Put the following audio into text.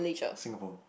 Singapore